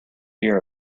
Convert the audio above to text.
year